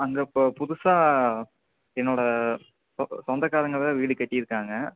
அங்கே இப்போ புதுசா என்னோடய சொ சொந்தகாரங்கள்தான் வீடு கட்டியிருக்காங்க